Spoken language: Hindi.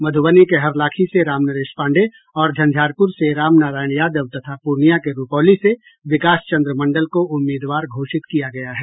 मधुबनी के हरलाखी से रामनरेश पांडेय और झंझारपुर से रामनारायण यादव तथा पूर्णियां के रूपौली से विकास चंद्र मंडल को उम्मीदवार घोषित किया गया है